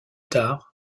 tard